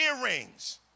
earrings